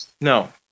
No